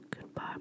Goodbye